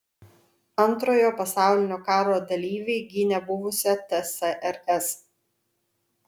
antrojo pasaulinio karo dalyviai gynė buvusią tsrs